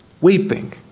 weeping